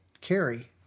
carry